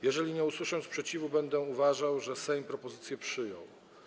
Jeżeli nie usłyszę sprzeciwu, będę uważał, że Sejm propozycje przyjął.